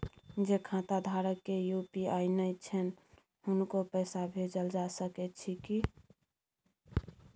जे खाता धारक के यु.पी.आई नय छैन हुनको पैसा भेजल जा सकै छी कि?